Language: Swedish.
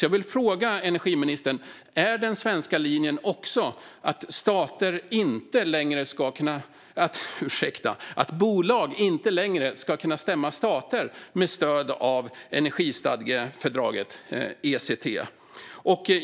Jag vill fråga energiministern: Är den svenska linjen också att bolag inte längre ska kunna stämma stater med stöd av energistadgefördraget, ECT?